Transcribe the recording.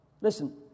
Listen